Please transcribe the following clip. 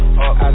up